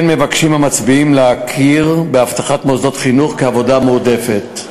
כן מבקשים המציעים להכיר באבטחת מוסדות חינוך כעבודה מועדפת.